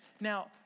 Now